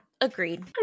agreed